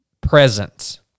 presence